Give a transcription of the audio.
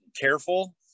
careful